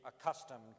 accustomed